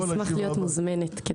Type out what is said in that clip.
אני אשמח להיות מוזמנת.